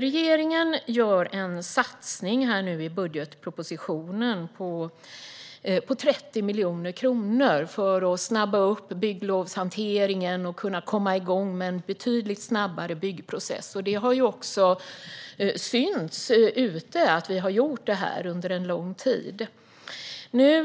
Regeringen gör i budgetpropositionen en satsning på 30 miljoner för att snabba på bygglovshanteringen och kunna komma igång med en betydligt snabbare byggprocess. Det har också synts ute att vi har gjort det här under en lång tid. Nu